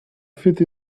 fit